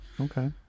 Okay